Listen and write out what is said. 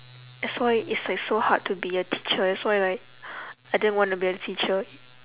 that's why it's like so hard to be a teacher that's why like I didn't wanna be a teacher